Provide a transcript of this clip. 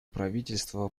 правительств